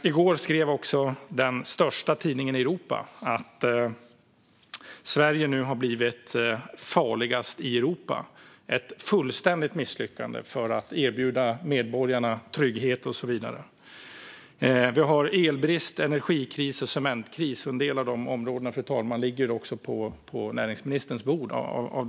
I går skrev den största tidningen i Europa att Sverige nu har blivit farligast i Europa. Det är ett fullständigt misslyckande när det gäller att erbjuda medborgarna trygghet och så vidare. Vi har elbrist, energikris och cementkris. En del av dessa områden, fru talman, ligger på näringsministerns bord.